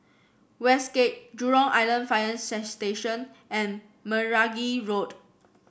Westgate Jurong Island Fire Station and Meragi Road